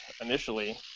initially